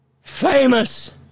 famous